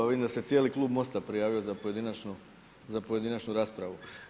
Vidim da se cijeli klub MOST-a prijavio za pojedinačnu raspravu.